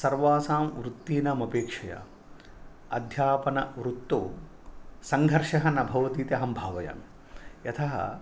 सर्वासां वृत्तीनाम् अपेक्षया अध्यापनावृत्तौ सङ्घर्षः न भवति इति अहं भावयामि यतः